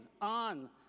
on